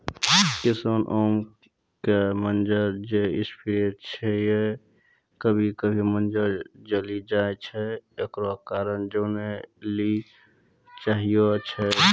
किसान आम के मंजर जे स्प्रे छैय कभी कभी मंजर जली जाय छैय, एकरो कारण जाने ली चाहेय छैय?